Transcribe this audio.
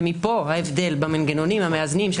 ומפה ההבדל במנגנונים המאזנים.